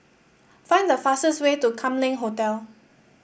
find the fastest way to Kam Leng Hotel